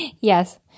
yes